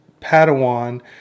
Padawan